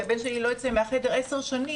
כי הבן שלי לא יוצא מהחדר עשר שנים,